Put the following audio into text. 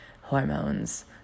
hormones